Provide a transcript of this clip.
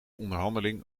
onderhandeling